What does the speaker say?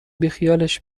بیخیالش